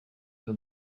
for